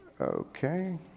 Okay